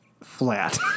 flat